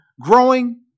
growing